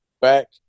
back